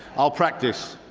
ah practice